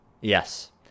Yes